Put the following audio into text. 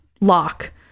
lock